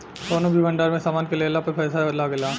कौनो भी भंडार में सामान के लेला पर पैसा लागेला